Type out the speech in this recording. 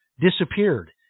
disappeared